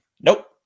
Nope